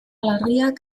larriak